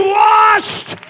washed